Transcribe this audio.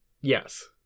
Yes